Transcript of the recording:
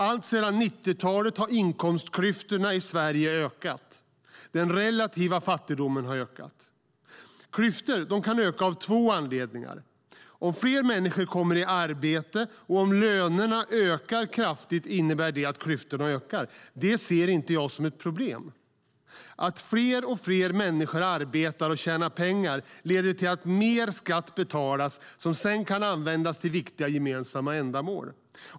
Alltsedan 90-talet har inkomstklyftorna i Sverige ökat. Den relativa fattigdomen har ökat. Klyftor kan öka av två anledningar. Om fler människor kommer i arbete och om lönerna ökar kraftigt innebär det att klyftorna ökar. Det ser inte jag som ett problem. Att fler och fler människor arbetar och tjänar pengar leder till att mer skatt betalas som sedan kan användas till viktiga gemensamma ändamål.